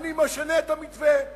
אני משנה את המתווה.